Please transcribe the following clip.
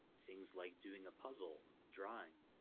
things like doing a puzzle, drawing,